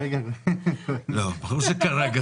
ברור.